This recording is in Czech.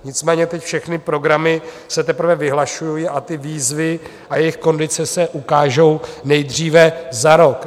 Nicméně teď všechny programy se teprve vyhlašují a výzvy a jejich kondice se ukážou nejdříve za rok.